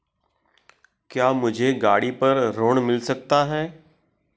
क्या मुझे गाड़ी पर ऋण मिल सकता है?